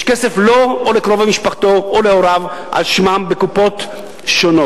יש כסף לו או לקרובי משפחתו או להוריו על שמם בקופות שונות.